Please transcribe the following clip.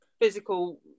physical